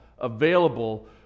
available